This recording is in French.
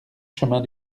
chemin